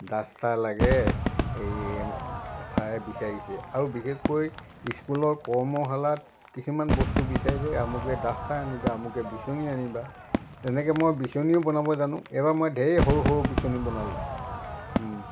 duster লাগে এই ছাৰে বিচাৰিছে আৰু বিশেষকৈ স্কুলৰ কৰ্মশালাত কিছুমান বস্তু বিচাৰে যে আমুকে দাস্তাৰ আনিবা আমুকে বিচনী আনিবা তেনেকৈ মই বিচনীও বনাব জানো এইবাৰ মই ঢেৰ সৰু সৰু বিচনী বনালোঁ